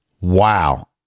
Wow